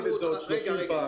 אפשר להגיד את זה עוד 30 פעם.